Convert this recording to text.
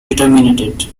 determined